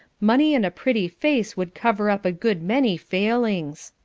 money and a pretty face would cover up a good many failings.